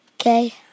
Okay